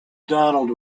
donald